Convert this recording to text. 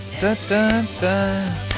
Da-da-da